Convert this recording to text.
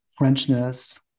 Frenchness